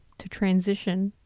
to transition.